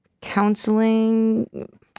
counseling